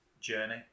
Journey